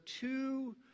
two